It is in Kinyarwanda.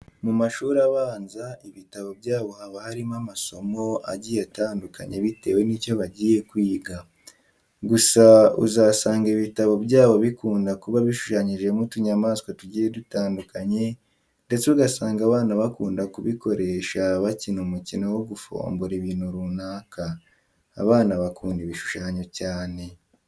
Mu mashuri abanza, ibitabo byabo haba harimo amasomo agiye atandukanye bietewe n'icyo bagiye kwiga. Gusa uzasanga ibitabo byabo bikunda kuba bishushanyijemo utunyamaswa tugiye dutandukanye ndetse ugasanga abana bakunda kubikoresha bakina umukino wo gufombora ibintu runaka. Abana bakunda ibishushanyo cyane.